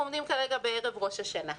אנחנו עומדים כרגע בערב ראש השנה.